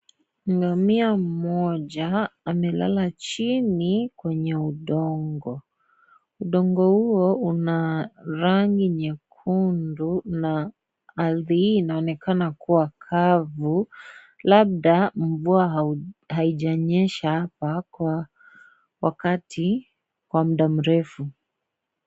Ngamia mmoja amelala chini kwenye udongo, udongo huo una rangi nyekundu na ardhi hii inaonekana kuwa kavu labda mvua haijanyesha Kwa wakati, mda mrefu.